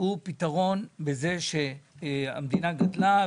היא שהמדינה גדלה,